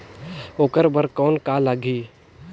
ओकर बर कौन का लगी?